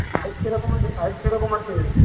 size কী রকম আছে সাইজ কী রকম আছে